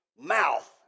mouth